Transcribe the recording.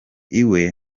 iwe